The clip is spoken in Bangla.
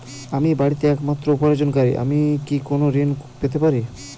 আমি বাড়িতে একমাত্র উপার্জনকারী আমি কি কোনো ঋণ পেতে পারি?